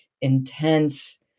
intense